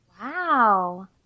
Wow